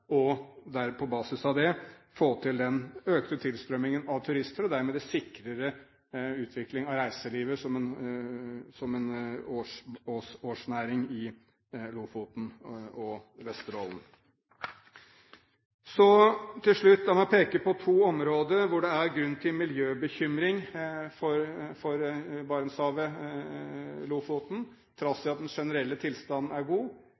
som verdensarvområde, og på basis av det få til den økte tilstrømmingen av turister og dermed en sikrere utvikling av reiselivet som en årsnæring i Lofoten og Vesterålen. La meg til slutt peke på to områder hvor det er grunn til miljøbekymring for Barentshavet og Lofoten, trass i at den generelle tilstanden er god.